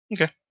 Okay